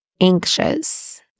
anxious